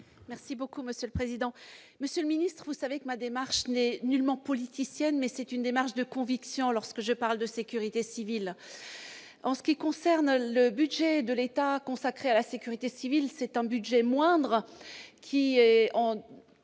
Merci beaucoup monsieur le président, Monsieur le Ministre, vous savez que ma démarche n'est nullement politicienne, mais c'est une démarche de conviction lorsque je parle de sécurité civile en ce qui concerne le budget de l'État consacré à la sécurité civile, c'est un budget moindre qui est